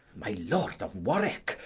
my lord of warwick,